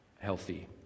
healthy